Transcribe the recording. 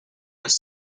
was